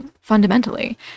fundamentally